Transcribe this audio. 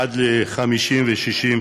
עד ל-50 ו-60.